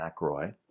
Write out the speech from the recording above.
McRoy